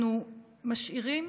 אנחנו משאירים